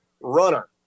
runner